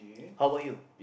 how bout you